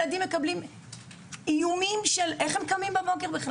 ילדים מקבלים איומים והם פוחדים לקום בבקר.